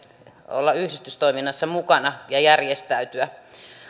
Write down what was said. olla yhdistystoiminnassa mukana ja järjestäytyä